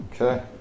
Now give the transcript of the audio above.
Okay